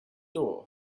door